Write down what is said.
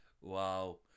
Wow